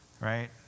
right